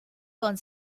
con